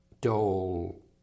Dole